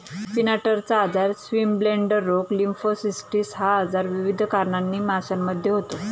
फिनार्टचा आजार, स्विमब्लेडर रोग, लिम्फोसिस्टिस हा आजार विविध कारणांनी माशांमध्ये होतो